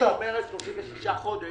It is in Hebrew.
זה שהיא אומרת 36 חודש,